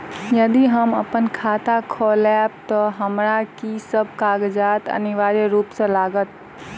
यदि हम अप्पन खाता खोलेबै तऽ हमरा की सब कागजात अनिवार्य रूप सँ लागत?